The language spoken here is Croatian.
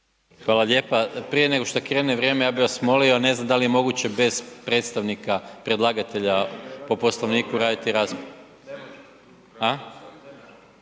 Hvala lijepa. Prije nego što krene vrijeme ja bi vas molio, ne znam da li je moguće bez predstavnika predlagatelja po Poslovniku raditi raspravu,